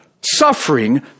suffering